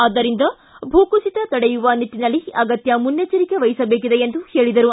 ಆದ್ದರಿಂದ ಭೂ ಕುಸಿತ ತಡೆಯುವ ನಿಟ್ಟನಲ್ಲಿ ಅಗತ್ಯ ಮುನ್ನೆಚ್ಚರಿಕೆ ವಹಿಸಬೇಕಿದೆ ಎಂದು ಹೇಳಿದರು